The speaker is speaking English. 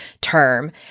term